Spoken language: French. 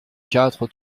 quatre